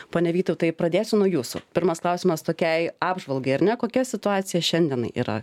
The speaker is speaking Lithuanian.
pone vytautai pradėsiu nuo jūsų pirmas klausimas tokiai apžvalgai ar ne kokia situacija šiandienai yra